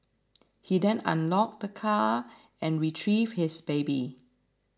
he then unlocked the car and retrieved his baby